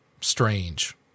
Strange